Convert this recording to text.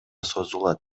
созулат